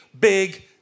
big